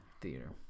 theater